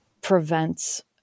prevents